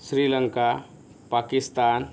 Sri Lanka Pakistan